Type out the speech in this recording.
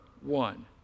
one